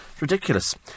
Ridiculous